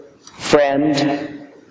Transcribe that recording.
friend